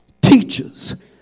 teachers